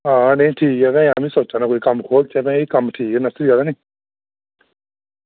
आं नेईं ठीक ऐ आमीं सोचा ना की कोई कम्म खोह्लचै ते एह् कम्म ठीक ऐ नर्सरी आह्ला